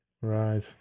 right